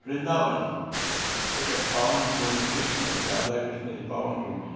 वृंदावन हिकु पावन भूमि कृष्ण राधा कृष्ण जी पावन भूमि